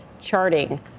Charting